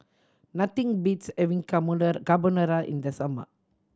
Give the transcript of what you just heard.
nothing beats having Carbonara in the summer